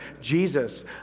Jesus